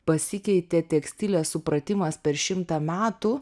pasikeitė tekstilės supratimas per šimtą metų